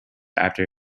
after